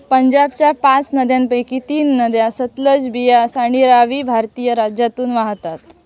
पंजाबच्या पाच नद्यांपैकी तीन नद्या सतलज बियास आणि रावी भारतीय राज्यातून वाहतात